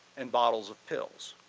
and bottles of pills.